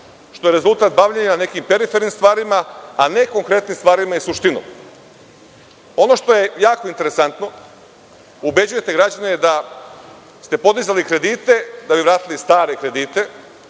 što je rezultat bavljenja nekim perifernim stvarima, a ne konkretnim stvarima i suštinom. Ono što je jako interesantno, ubeđujete građane da ste podizali kredite da bi vratili stare kredite,